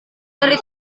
cari